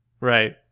Right